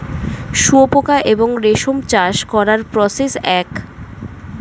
শুয়োপোকা এবং রেশম চাষ করার প্রসেস এক